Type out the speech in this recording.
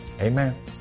Amen